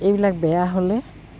এইবিলাক বেয়া হ'লে